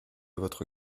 votre